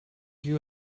you